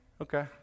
Okay